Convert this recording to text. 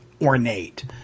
ornate